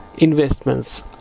investments